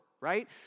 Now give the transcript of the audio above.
right